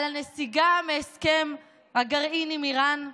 על הנסיגה מהסכם הגרעין עם איראן?